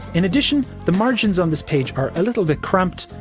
in addition, the margins on this page are a little bit cramped.